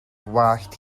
wallt